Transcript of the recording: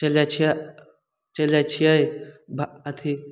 चलि जाइ छियै चलि जाइ छियै बा अथी